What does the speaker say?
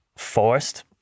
forced